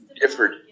Gifford